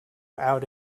out